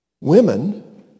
Women